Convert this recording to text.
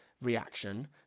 reaction